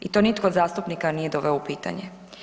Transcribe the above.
I to nitko od zastupnika nije doveo u pitanje.